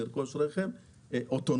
לרכוש רכב אוטונומי.